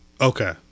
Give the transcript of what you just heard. Okay